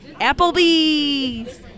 Applebee's